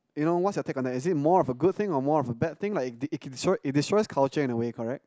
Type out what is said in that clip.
you know what's your take on that is it more of a good thing or more of a bad thing like it it destroys culture in a way correct